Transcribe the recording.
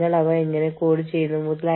നിങ്ങൾക്ക് കമ്പറേറ്റീവ് നിയമം ഉണ്ട്